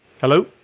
Hello